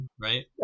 right